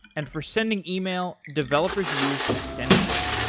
and for sending yeah e-mail, developers use sendgrid.